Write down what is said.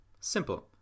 Simple